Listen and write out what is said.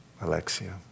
Alexia